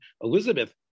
Elizabeth